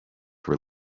were